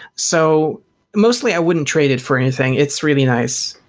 so mostly i wouldn't trade it for anything. it's really nice.